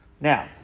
Now